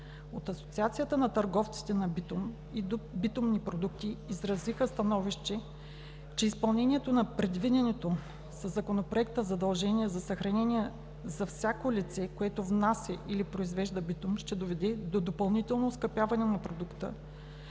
От Асоциацията на търговците на битум и битумни продукти изразиха становище, че изпълнението на предвиденото със Законопроекта задължение за съхранение за всяко лице, което внася или произвежда битум, ще доведе до допълнително оскъпяване на продукта,